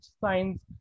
science